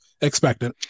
expected